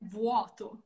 vuoto